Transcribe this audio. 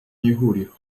n’ihuriro